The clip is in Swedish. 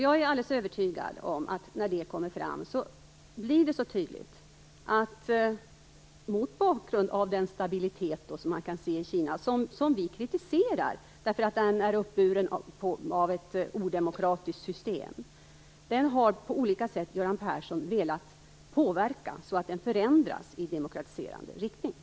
Jag är helt övertygad om, att när det kommer fram blir det tydligt att Göran Persson på olika sätt har velat påverka så att det kan ske en förändring i demokratiserande riktning, mot bakgrund av den stabilitet som vi kan se i Kina och som vi kritiserar därför att den är uppburen av ett odemokratiskt system.